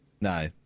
no